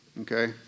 okay